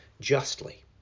justly